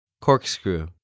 Corkscrew